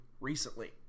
recently